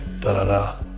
da-da-da